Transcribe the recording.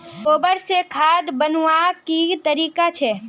गोबर से खाद बनवार की तरीका छे?